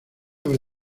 vez